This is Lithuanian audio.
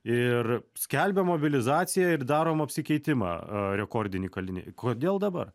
ir skelbiam mobilizaciją ir darom apsikeitimą rekordinį kaliniai kodėl dabar